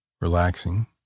Relaxing